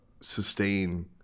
sustain